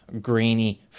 grainy